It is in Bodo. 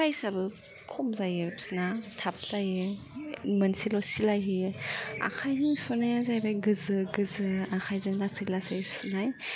प्राइजआबो खम जायो बिसोरना थाब जायो मोनसेल' सिलाय होयो आखाइजों सुनाया जाहैबाय गोजो गोजो आखाइजों लासै लासै सुनाय